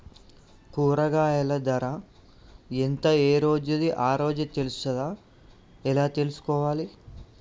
కూరగాయలు ధర ఎంత ఏ రోజుది ఆ రోజే తెలుస్తదా ఎలా తెలుసుకోవాలి?